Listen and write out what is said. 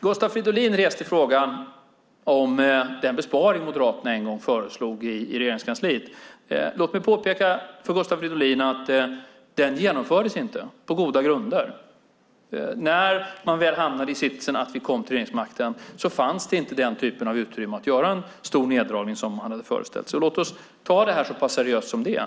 Gustav Fridolin reste frågan om den besparing Moderaterna en gång föreslog i Regeringskansliet. Låt mig påpeka för Gustav Fridolin att den inte genomfördes, och detta på goda grunder. När vi väl hamnade i sitsen att vi kom till regeringsmakten fanns inte den typen av utrymme för att göra en stor neddragning som man hade föreställt sig. Låt oss ta det här så seriöst som det är.